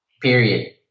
Period